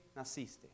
naciste